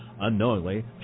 Unknowingly